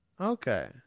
Okay